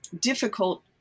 difficult